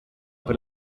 per